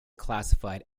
classified